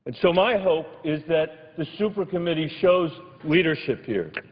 but so my hope is that the super committee shows leadership here,